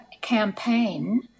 campaign